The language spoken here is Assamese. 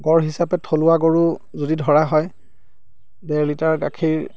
গড় হিচাপে থলুৱা গৰু যদি ধৰা হয় ডেৰ লিটাৰ গাখীৰ